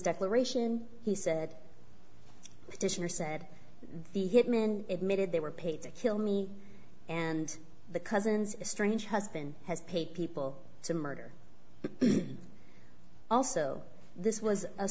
declaration he said petitioner said the hitmen admitted they were paid to kill me and the cousins a strange husband has paid people to murder also this was a